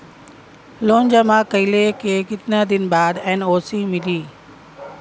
Loan जमा कइले के कितना दिन बाद एन.ओ.सी मिली?